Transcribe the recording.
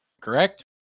correct